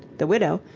the widow,